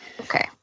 Okay